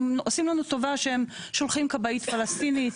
הם עושים לנו טובה שהם שולחים כבאית פלסטינית.